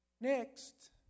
Next